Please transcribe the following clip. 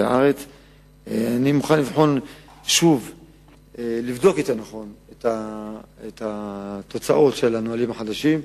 אני מוכן לבדוק את התוצאות של הנהלים החדשים.